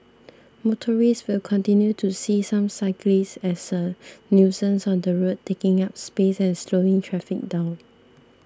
motorists will continue to see some cyclists as a nuisance on the road taking up space and slowing traffic down